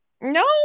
No